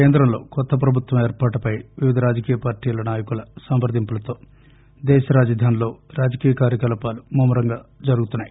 కేంద్రంలో కొత్త ప్రభుత్వం ఏర్పాటుపై వివిధ రాజకీయ పార్లీల నాయకుల సంప్రదింపులతో దేశ రాజధానిలో రాజకీయ కార్యకలాపాలు ముమ్మ రంగా జరుగుతున్నాయి